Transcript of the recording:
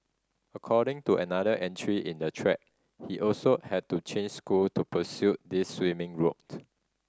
according to another entry in the thread he also had to change school to pursue this swimming route